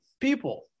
people